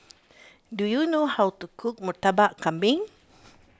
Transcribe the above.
do you know how to cook Murtabak Kambing